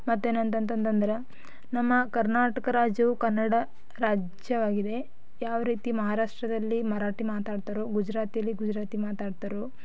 ಮತ್ತೇನಂತಂತೆ ಅಂತೆಂದ್ರೆ ನಮ್ಮ ಕರ್ನಾಟಕ ರಾಜ್ಯವು ಕನ್ನಡ ರಾಜ್ಯವಾಗಿದೆ ಯಾವ ರೀತಿ ಮಹಾರಾಷ್ಟ್ರದಲ್ಲಿ ಮರಾಠಿ ಮಾತಾಡ್ತಾರೋ ಗುಜರಾತಿನಲ್ಲಿ ಗುಜರಾತಿ ಮಾತಾಡ್ತಾರೋ